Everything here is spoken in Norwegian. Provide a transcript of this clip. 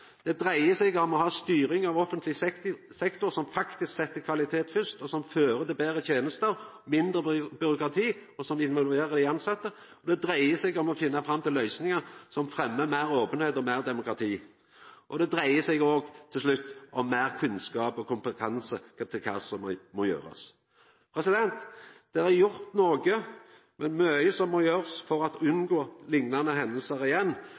Det dreier seg om å ha ei styring av offentleg sektor som faktisk set kvalitet først, som fører til betre tenester og mindre byråkrati, og som involverer dei tilsette. Det dreier seg om å finna fram til løysingar som fremmar meir openheit og meir demokrati. Og det dreier seg òg, til slutt, om meir kunnskap og kompetanse om kva som må gjerast. Det er gjort noko, men mykje må gjerast for å unngå liknande hendingar igjen.